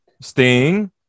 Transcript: Sting